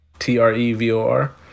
T-R-E-V-O-R